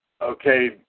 okay